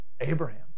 Abraham